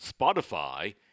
Spotify